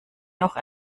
noch